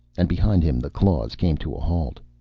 and behind him, the claws came to a halt.